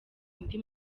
indi